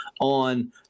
on